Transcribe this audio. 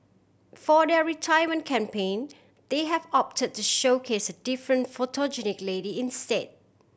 for their retirement campaign they have opted the showcase a different photogenic lady instead